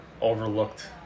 overlooked